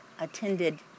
attended